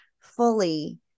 fully